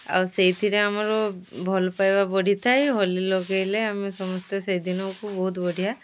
ଆଉ ସେଥିରେ ଆମର ଭଲପାଇବା ବଢ଼ିଥାଏ ହୋଲି ଲଗାଇଲେ ଆମେ ସମସ୍ତେ ସେହି ଦିନକୁ ବହୁତ ବଢ଼ିଆ